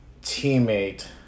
teammate